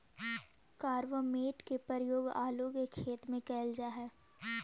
carbamate के प्रयोग आलू के खेत में कैल जा हई